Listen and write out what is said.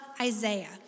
Isaiah